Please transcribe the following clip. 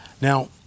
Now